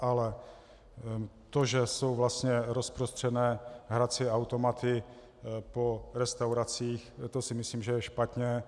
Ale to, že jsou vlastně rozprostřené hrací automaty po restauracích, to si myslím, že je špatně.